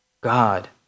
God